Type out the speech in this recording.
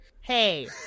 hey